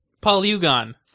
Polygon